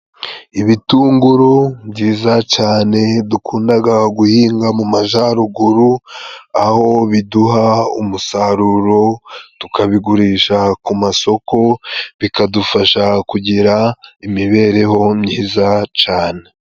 Ibitunguru byiza cane dukundaga guhinga mu majaruguru, aho biduha umusaruro tukabigurisha ku masoko, bikadufasha kugira imibereho myiza cane.